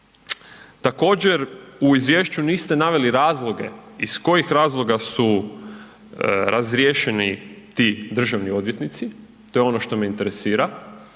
također u Izvješću niste naveli razloge, iz kojih razloga su razriješeni ti državni odvjetnici, to je ono što me interesira,